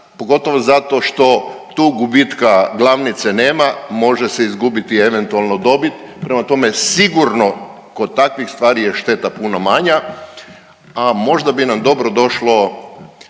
pogotovo zato što tu gubitka glavnice nema, može se izgubiti eventualno dobit, prema tome sigurno kod takvih stvari je šteta puno manja, a možda bi nam dobro došlo